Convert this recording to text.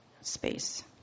space